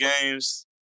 games